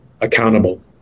accountable